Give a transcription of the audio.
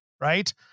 right